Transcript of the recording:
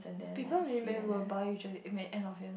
people really will buy usually end of year